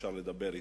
אי-אפשר לדבר אתו.